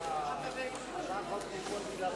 סעיפים 1 3 נתקבלו.